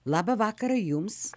labą vakarą jums